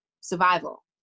survival